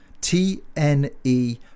t-n-e